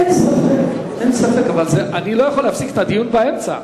אין ספק, אבל אני לא יכול להפסיק את הדיון באמצע,